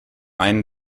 einen